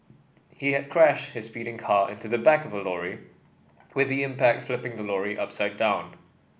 he had crashed his speeding car into the back of a lorry with the impact flipping the lorry upside down